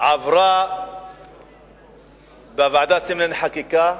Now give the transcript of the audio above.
עברה בוועדת שרים לענייני חקיקה,